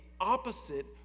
opposite